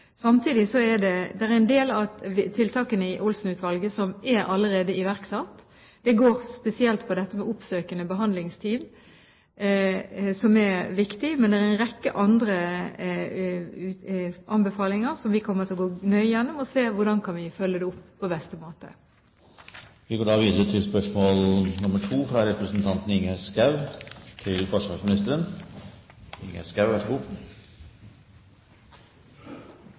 er en del av tiltakene i Olsen-utvalget allerede iverksatt. Det går spesielt på oppsøkende behandlingsteam, som er viktig. Det er også en rekke andre anbefalinger som vi kommer til å gå nøye gjennom og se hvordan vi kan følge opp på beste måte. Vi går da tilbake til spørsmål